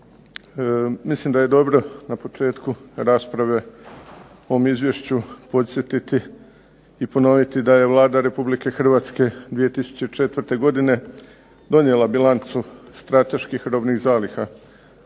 Mislim da je dobro na početku rasprave o ovom izvješću podsjetiti i ponoviti da je Vlada Republike Hrvatske 2004. godine donijela bilancu strateških robnih zaliha.